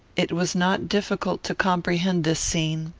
it was not difficult to comprehend this scene.